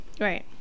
Right